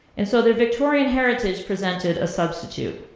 and so their victorian heritage presented a substitute.